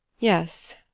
yes,